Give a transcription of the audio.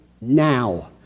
now